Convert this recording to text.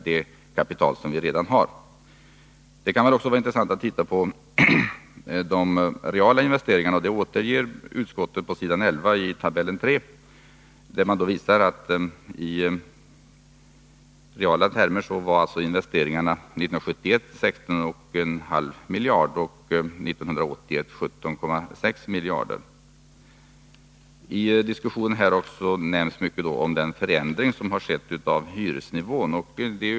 Det kan också vara intressant att studera de reala investeringarna. De återges i tab. 3 på s. 11 i utskottsbetänkandet. I reala termer var investeringarna 16,5 miljarder år 1971 och 17,6 miljarder år 1981. I diskussionen här har det talats mycket om den förändring som har skett av hyresnivån.